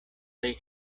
plej